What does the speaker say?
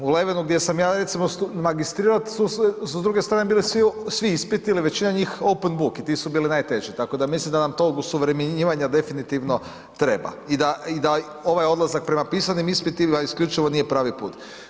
U Levenu gdje sam ja recimo magistrirao su s druge strane bili svi ispiti ili većina njih, open book i ti su bili najteži tako da mislim da nam to osuvremenjivanja definitivno treba i da ovaj odlazak prema pisanim ispitima isključivo nije pravi put.